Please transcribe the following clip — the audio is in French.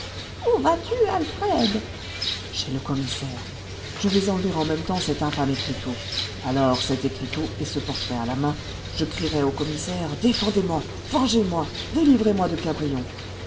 où vas-tu alfred chez le commissaire je vais enlever en même temps cet infâme écriteau alors cet écriteau et ce portrait à la main je crierai au commissaire défendez-moi vengez moi délivrez-moi de cabrion